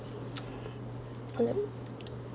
sorry